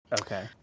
okay